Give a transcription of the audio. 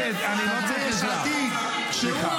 אז תוריד אותו ------ של ביבי נוטף רעל.